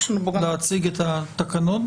להציג את התקנות.